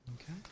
Okay